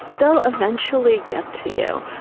they'll eventually get to you.